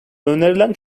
önerilen